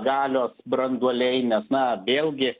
galios branduoliai nes na vėlgi